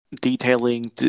detailing